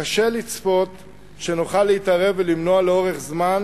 קשה לצפות שנוכל להתערב ולמנוע לאורך זמן